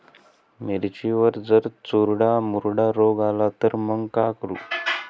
मिर्चीवर जर चुर्डा मुर्डा रोग आला त मंग का करू?